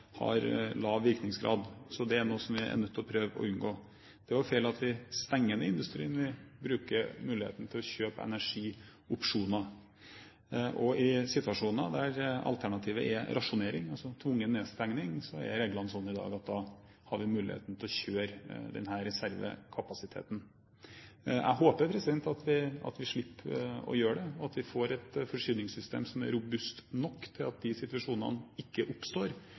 har lav virkningsgrad. Så det er noe som vi er nødt til å prøve å unngå. Det er feil at vi stenger ned industrien. Vi bruker muligheten til å kjøpe energiopsjoner. I situasjoner der alternativet er rasjonering, altså tvungen nedstengning, er reglene slik i dag at vi har mulighet til å kjøre denne reservekapasiteten. Jeg håper at vi slipper å gjøre det, at vi får et forsyningssystem som er robust nok til at slike situasjoner ikke oppstår.